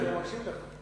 אני מקשיב לך.